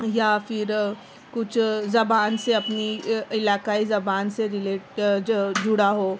یا پھر کچھ زبان سے اپنی عی علاقائی زبان سے ریلیٹ جو جڑا ہو